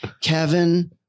Kevin